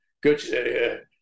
good